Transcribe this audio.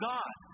God